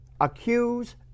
Accuse